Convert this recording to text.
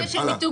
בעיניי,